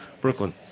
Brooklyn